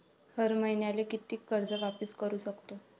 हर मईन्याले कितीक कर्ज वापिस करू सकतो?